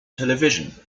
television